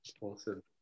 Awesome